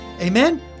Amen